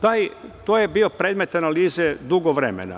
To je bio predmet analize dugo vremena.